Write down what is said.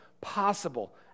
possible